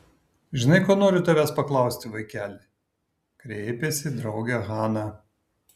žinai ko noriu tavęs paklausti vaikeli kreipėsi į draugę hana